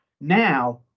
now